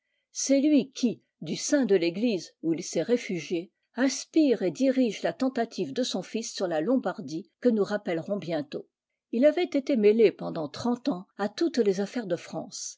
lui qui du sein de l'eglise où il s'est réfugié inspire et dirige la tentative de son fils sur la lombardie que nous rappellerons bientôt il avait été mêlé pendant trente ans à toutes les affaires de france